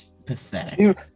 Pathetic